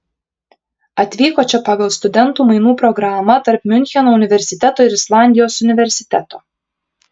atvyko čia pagal studentų mainų programą tarp miuncheno universiteto ir islandijos universiteto